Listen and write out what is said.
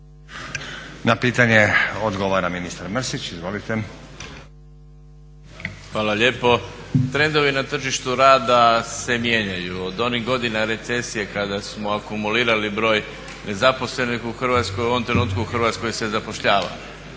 Na pitanje odgovara ministar Mrsić, izvolite. **Mrsić, Mirando (SDP)** Hvala lijepo. Trendovi na tržištu rada se mijenjaju, od onih godina recesije kada smo akumulirali broj nezaposlenih u Hrvatskoj, u ovom trenutku u Hrvatskoj se zapošljava.